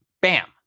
bam